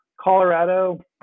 colorado